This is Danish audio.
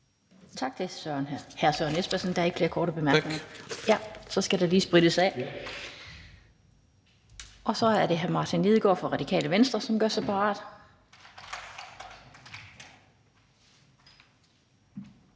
hr. Søren Espersen. Der er ikke flere korte bemærkninger. Der skal lige sprittes af, og så er det hr. Martin Lidegaard fra Radikale Venstre, som gør sig parat.